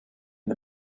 the